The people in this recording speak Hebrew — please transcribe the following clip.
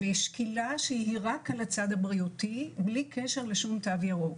שקילה שהיא רק על הצד הבריאותי, בלי קשר לתו ירוק.